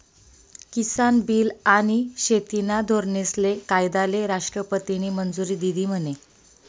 किसान bill आनी शेतीना धोरनेस्ले कायदाले राष्ट्रपतीनी मंजुरी दिधी म्हने?